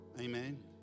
Amen